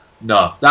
no